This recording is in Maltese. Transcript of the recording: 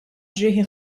ġrieħi